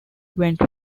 went